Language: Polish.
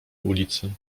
ulicy